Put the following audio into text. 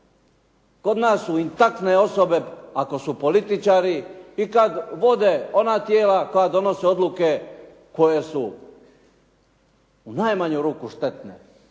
Kod nas su intaktne osobe ako su političari i kad vode ona tijela koja donose odluke koje su u najmanju ruku štetne,